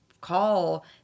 call